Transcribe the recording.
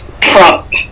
Trump